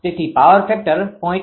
તેથી power factor 0